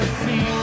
see